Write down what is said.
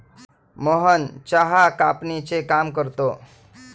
मोहन चहा कापणीचे काम करतो